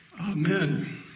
Amen